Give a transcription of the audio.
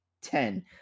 ten